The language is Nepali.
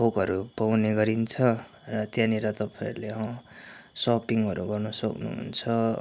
थोकहरू पाउने गरिन्छ र त्यहाँनिर तपाईँहरूले सपिङहरू गर्नु सक्नुहुन्छ